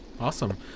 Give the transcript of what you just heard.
Awesome